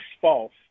false